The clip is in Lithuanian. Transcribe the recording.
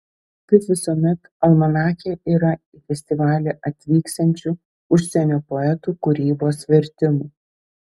kaip visuomet almanache yra į festivalį atvyksiančių užsienio poetų kūrybos vertimų